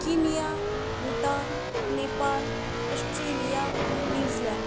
Kenya Bhutan Nepal Australia New Zealand